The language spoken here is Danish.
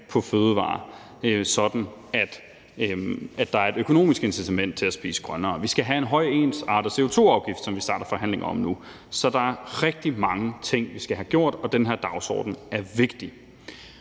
på fødevarer, så der er et økonomisk incitament til at spise grønnere. Vi skal have en høj, ensartet CO2-afgift, som vi starter forhandlinger om nu. Så der er rigtig mange ting, vi skal have gjort, og den her dagsorden er vigtig.